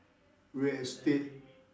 real estate